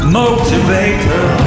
motivator